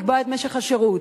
לקבוע את משך השירות.